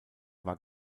war